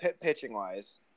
pitching-wise